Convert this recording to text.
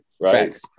Right